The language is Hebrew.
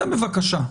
זה בבקשה.